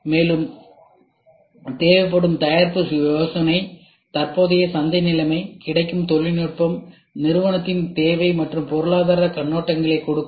எனவே தேவைப்படும் தயாரிப்பு யோசனை தற்போதைய சந்தை நிலைமை கிடைக்கும் தொழில்நுட்பம் நிறுவனத்தின் தேவைகள் மற்றும் பொருளாதாரக் கண்ணோட்டங்களைக் கொடுக்கும்